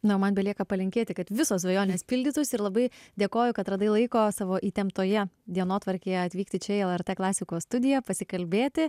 na o man belieka palinkėti kad visos svajonės pildytųsi ir labai dėkoju kad radai laiko savo įtemptoje dienotvarkėje atvykti čia į lrt klasikos studiją pasikalbėti